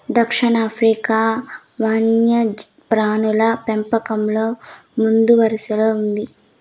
దక్షిణాఫ్రికా వన్యప్రాణుల పెంపకంలో ముందువరసలో ఉంది